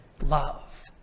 love